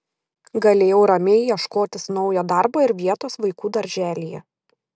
galėjau ramiai ieškotis naujo darbo ir vietos vaikų darželyje